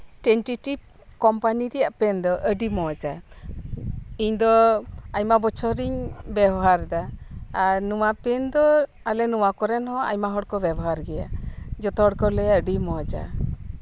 tentative company ᱨᱮᱭᱟᱜ ᱯᱮᱱᱫᱚ ᱟᱹᱰᱤ ᱢᱚᱸᱡᱽᱼᱟ ᱤᱧ ᱫᱚ ᱟᱭᱢᱟ ᱵᱚᱪᱷᱚᱨᱤᱧ ᱵᱮᱵᱚᱦᱟᱨ ᱮᱫᱟ ᱟᱨ ᱱᱚᱶᱟ ᱯᱮᱱᱫᱚ ᱟᱞᱮ ᱱᱚᱶᱟ ᱠᱚᱨᱮᱱ ᱦᱚᱸ ᱟᱭᱢᱟ ᱠᱩ ᱵᱮᱵᱚᱦᱟᱨ ᱜᱮᱭᱟ ᱡᱷᱚᱛᱚᱦᱚᱲᱠᱚ ᱞᱟᱹᱭᱟ ᱟᱹᱰᱤ ᱢᱚᱸᱡᱽᱼᱟ